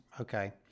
Okay